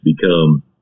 become